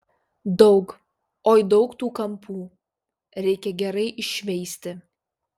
daug oi daug tų kampų reikia gerai iššveisti